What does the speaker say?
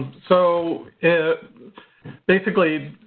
so basically